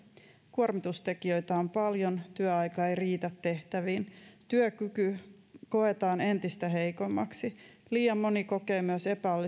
kuormitustekijöitä on paljon työaika ei riitä tehtäviin työkyky koetaan entistä heikommaksi liian moni kokee myös